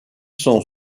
sont